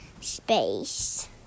Space